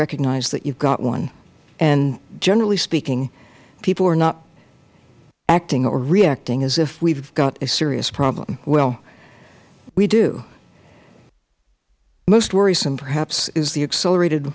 recognize that you have got one and generally speaking people are not acting or reacting as if we have got a serious problem well we do most worrisome perhaps is the accelerated